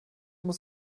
muss